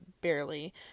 barely